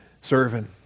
Serving